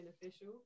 beneficial